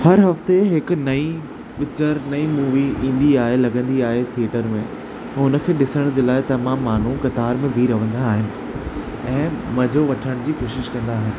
हर हफ़्ते हिकु नईं पिचर नईं मूवी ईंदी आहे लॻंदी आहे थिएटर में हुन खे ॾिसण जे लाइ तमामु माण्हू कतार में बीह रहंदा आहिनि ऐं मज़ो वठण जी कोशिशि कंदा आहिनि